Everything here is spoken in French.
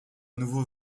nouveau